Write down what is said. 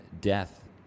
death